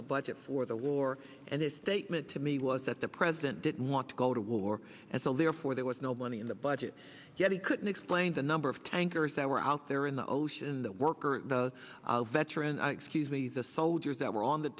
the budget for the war and his statement to me was that the president didn't want to go to war and so therefore there was no money in the budget yet he couldn't explain the number of tankers that were out there in the ocean the workers the veterans excuse me the soldiers that were on the